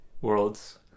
worlds